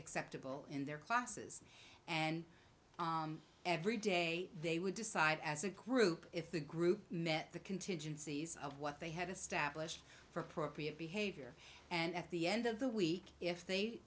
acceptable in their classes and every day they would decide as a group if the group met the contingencies of what they had established for appropriate behavior and at the end of the week if they